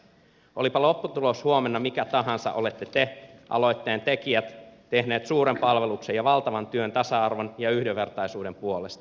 olipa lopputulos huomenna mikä tahansa olette te aloitteen tekijät tehneet suuren palveluksen ja valtavan työn tasa arvon ja yhdenvertaisuuden puolesta